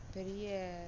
பெரிய